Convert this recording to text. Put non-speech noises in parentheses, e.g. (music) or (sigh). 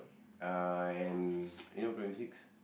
uh and (noise) you know primary six